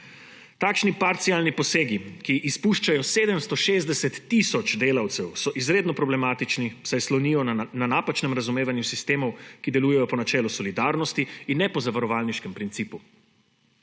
Takšni parcialni posegi, ki izpuščajo 760 tisoč delavcev, so izredno problematični, saj slonijo na napačnem razumevanju sistemov, ki delujejo po načelu solidarnosti in ne po zavarovalniškem principu.